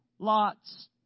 lot's